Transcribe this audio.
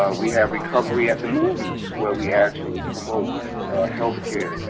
we have recovery at the movies where we actually promote health care.